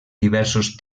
diversos